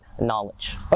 knowledge